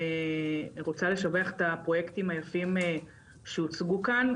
רוצה לשבח את הפרויקטים היפים שהוצגו כאן.